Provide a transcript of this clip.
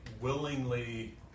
willingly